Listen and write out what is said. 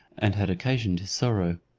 and had occasioned his sorrow.